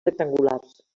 rectangulars